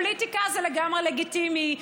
פוליטיקה זה לגמרי לגיטימי,